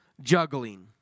juggling